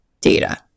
data